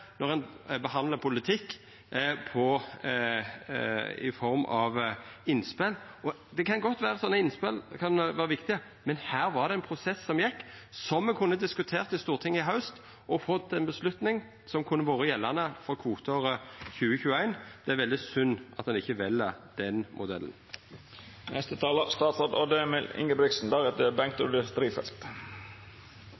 når ein behandlar politikk i form av innspel. Det kan godt vera at slike innspel kan vera viktige, men her var det ein prosess som gjekk, som me kunne ha diskutert i Stortinget i haust og teke ei avgjerd som kunne ha vore gjeldande for kvoteåret 2021. Det er veldig synd at ein ikkje vel den